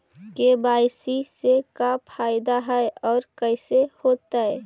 KYC से का फायदा है और कैसे होतै?